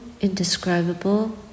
indescribable